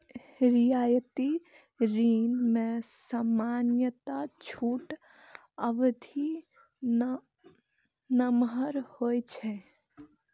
रियायती ऋण मे सामान्यतः छूट अवधि नमहर होइ छै